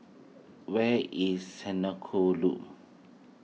where is Senoko Loop